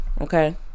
Okay